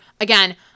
Again